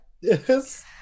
Yes